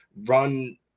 run